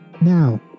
now